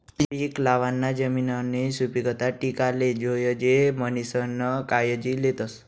पीक लावाना जमिननी सुपीकता टिकाले जोयजे म्हणीसन कायजी लेतस